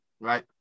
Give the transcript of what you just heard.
right